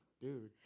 Dude